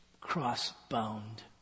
cross-bound